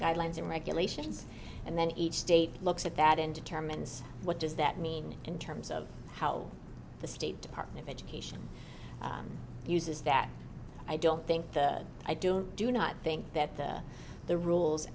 guidelines and regulations and then each state looks at that and determines what does that mean in terms of how the state department of education uses that i don't think i do i do not think that the rules